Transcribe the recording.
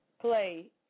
play